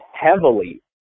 heavily